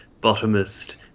bottomist